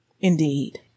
Indeed